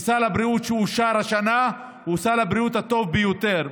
סל הבריאות שאושר השנה הוא סל הבריאות הטוב ביותר.